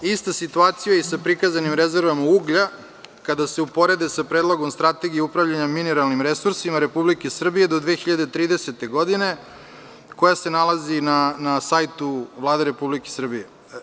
Ista situacija je i sa prikazanim rezervama uglja, kada se uporede sa Predlogom strategije upravljanja mineralnim resursima Republike Srbije do 2030. godine, koja se nalazi na sajtu Vlade Republike Srbije.